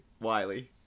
wiley